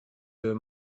her